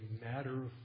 matter